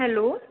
hello